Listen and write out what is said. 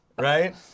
Right